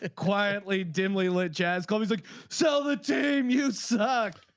ah quietly dimly lit jazz clubs. like sell the team you suck.